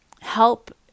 help